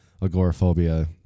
agoraphobia